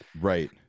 Right